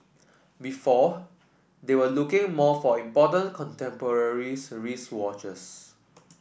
before they were looking more for important contemporary wristwatches